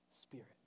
Spirit